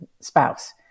spouse